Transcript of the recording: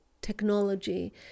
technology